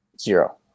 Zero